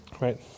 Right